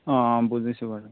অঁ অঁ বুজিছোঁ বাৰু